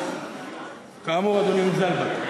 כאמור, אדוני: מוזלבט.